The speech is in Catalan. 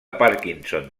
parkinson